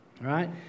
right